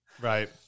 Right